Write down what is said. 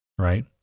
right